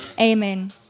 Amen